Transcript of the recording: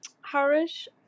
Harish